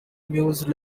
moose